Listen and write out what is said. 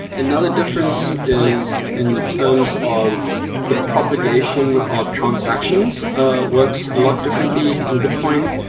another difference is in terms of the propagation of transactions works a lot differently in bitcoin.